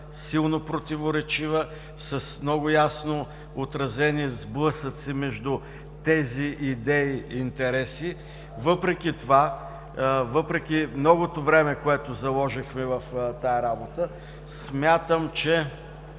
силно противоречива, с много ясно отразени сблъсъци между тези идеи и интереси. Въпреки многото време, което заложихме в тази работа, смятам, че